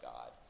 God